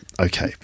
okay